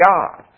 God